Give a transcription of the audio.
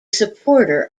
supporter